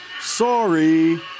Sorry